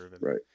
Right